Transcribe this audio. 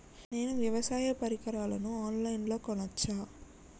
నేను వ్యవసాయ పరికరాలను ఆన్ లైన్ లో కొనచ్చా?